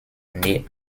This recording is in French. nés